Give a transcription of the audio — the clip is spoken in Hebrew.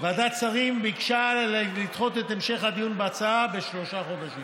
ועדת שרים ביקשה לדחות את המשך הדיון בהצעה בשלושה חודשים.